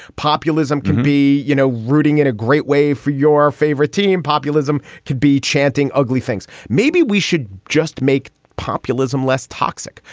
populism can be you know rooting in a great way for your favorite team. populism could be chanting ugly things. maybe we should just make populism less toxic.